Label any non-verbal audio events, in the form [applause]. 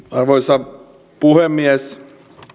[unintelligible] arvoisa puhemies